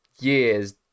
years